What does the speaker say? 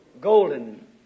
Golden